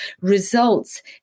results